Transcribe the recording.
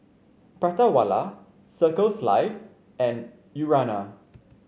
Prata Wala Circles Life and Urana